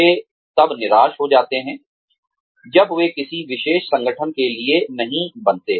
वे तब निराश हो जाते हैं जब वे किसी विशेष संगठन के लिए नहीं बनते